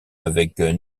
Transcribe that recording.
avec